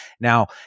Now